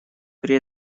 при